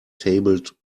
tabled